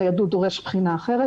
ניידות דורש בחינה אחרת